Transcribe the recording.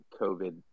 COVID